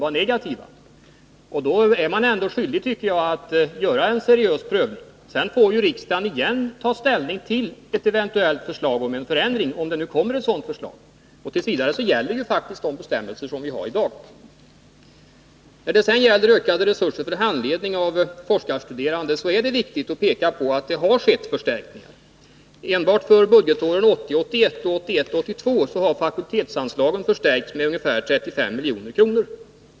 Under sådana förhållanden är man ändå skyldig, tycker jag, att göra en seriös prövning. Sedan får riksdagen återigen ta ställning till ett förslag om en förändring, om det nu kommer ett sådant förslag, och t. v. gäller faktiskt de bestämmelser som vi har i dag. Beträffande ökade resurser för handledning av forskarstuderande är det viktigt att peka på att det har skett en förstärkning. Enbart för budgetåren 1980 82 har fakultetsanslagen förstärkts med ungefär 35 milj.kr.